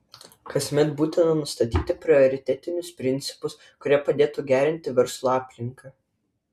kasmet būtina nustatyti prioritetinius principus kurie padėtų gerinti verslo aplinką